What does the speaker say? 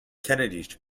kennedy